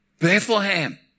Bethlehem